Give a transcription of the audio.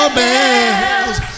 bells